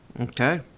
Okay